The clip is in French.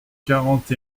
quarante